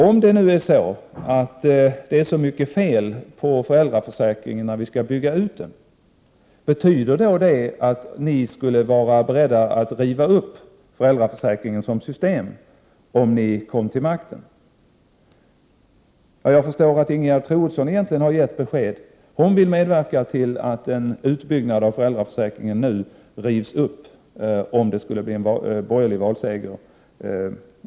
Om det är så mycket som är fel med föräldraförsäkringen nu när den skall byggas ut, betyder det då att ni skulle vara beredda att riva upp föräldraförsäkringen som system om ni kom till makten? Ingegerd Troedsson har tydligen gett besked. Hon vill medverka till att beslutet om en utbyggnad av föräldraförsäkringen rivs upp i händelse av en borgerlig valseger.